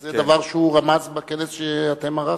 זה דבר שהוא רמז בכנס שערכתם.